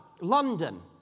London